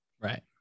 Right